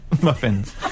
muffins